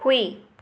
ꯍꯨꯏ